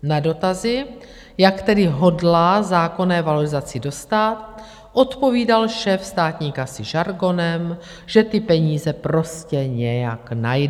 Na dotazy, jak tedy hodlá zákonné valorizaci dostát, odpovídal šéf státní kasy žargonem, že ty peníze prostě nějak najde.